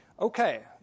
Okay